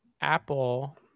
Apple